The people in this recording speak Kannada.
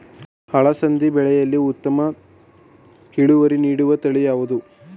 ಅಲಸಂದಿ ಬೆಳೆಯಲ್ಲಿ ಉತ್ತಮ ಇಳುವರಿ ನೀಡುವ ತಳಿ ಯಾವುದು?